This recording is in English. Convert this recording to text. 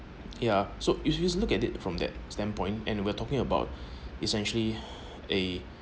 ya so if you look at it from that standpoint and we're talking about essentially a